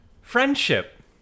friendship